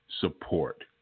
support